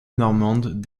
normandes